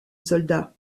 soldat